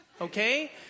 okay